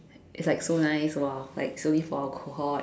it's like so nice !wah! like it's only for our cohort